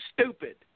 stupid